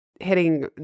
hitting